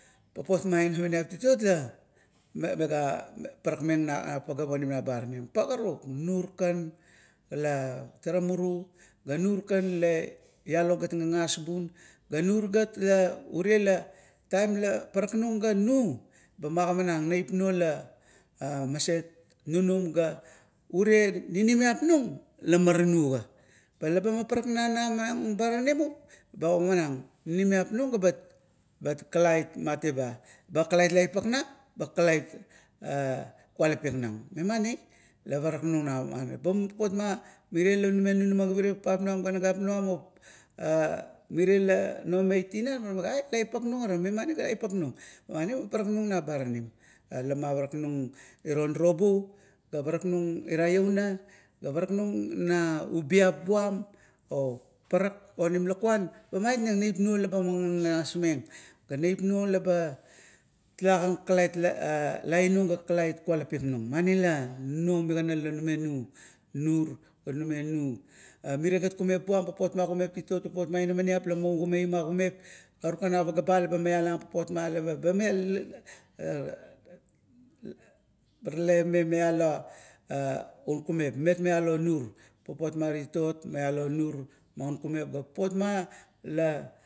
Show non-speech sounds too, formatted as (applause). Papot ma inamaniap titot la mega parakmeng na pagaep onim na baranim. Pa karuk, nur kan la tara muru, ga nur kan la ialo gat gagas bun, ga nur gat ure la taim, la parakniung ga nu, ba magimanang neiop nip la maranu ga. Pa leba man paraknang na baranimup, bo ogamanang, ninimiap nung lebat kakalait matiba, ba kalait laipak nang, ba kalait (hesitation) kualapik nang. Memani? La parak nung na mare, pa mirie papot ma mirie la nume numama, papap nuam, ga gapnum mup, ga (hesitation) mirie la nomait tinan mega laipaknung ara memani ga laipak nung, memani laman paraknung na baranim. Lama parak nung iro nirobu ga parak nung ira louna, ga parak nung na ubiap buam opaparak onim lakuan, ba mait neng neipnu leba gagas meng ga neipnu leba talagan kalait lainun ga kalait kualapit nung. Mani la nunuo migana la nume nunur ga nume nu mirie gat kumep buam, papot ma inamaniap la ugamai ma kumep, karukan a pageap ba leba maialang (hesitation) u kumep mimet maialo nur. Papot ma titot ma ialo nur maun kumep, ga papot ma la umela